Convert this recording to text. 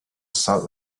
sort